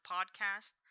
Podcast